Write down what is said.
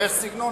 זה מתאים לך,